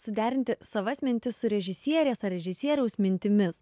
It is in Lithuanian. suderinti savas mintis su režisierės ar režisieriaus mintimis